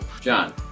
John